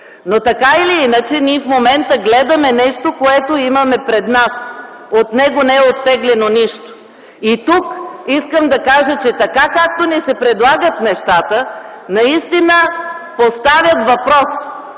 Но така или иначе ние в момента гледаме нещо, което имаме пред нас – от него не е оттеглено нищо. Тук искам да кажа, че така както ни се предлагат нещата, наистина поставят въпроси,